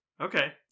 Okay